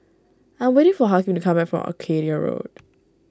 I'm waiting for Hakeem to come back from Arcadia Road